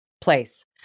place